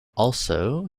also